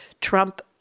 Trump